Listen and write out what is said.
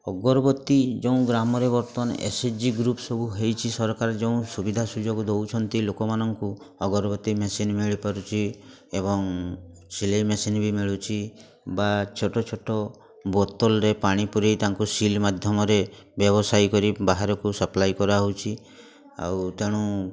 ଅଗରବତୀ ଯେଉଁ ଗ୍ରାମରେ ବର୍ତ୍ତମାନ ଏସ୍ ଏଚ ଜି ଗ୍ରୁପ୍ ସବୁ ହେଇଛି ସରକାର ଯେଉଁ ସୁବିଧା ସୁଯୋଗ ଦଉଛନ୍ତି ଲୋକମାନଙ୍କୁ ଅଗରବତୀ ମେସିନ୍ ମିଳିପାରୁଛି ଏବଂ ସିଲେଇ ମେସିନ୍ ବି ମିଳୁଛି ବା ଛୋଟ ଛୋଟ ବୋତଲରେ ପାଣି ପୁରେଇ ତାଙ୍କୁ ସିଲ୍ ମାଧ୍ୟମରେ ବ୍ୟବସାୟୀ କରି ବାହାରୁକୁ ସପ୍ଲାଏ କରାହଉଛି ଆଉ ତେଣୁ